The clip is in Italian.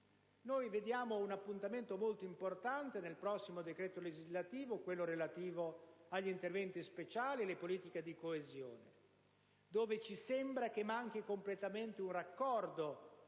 Noi vediamo un appuntamento molto importante nel prossimo decreto legislativo, quello relativo agli interventi speciali e alle politiche di coesione per il Mezzogiorno. Al momento manca completamente il raccordo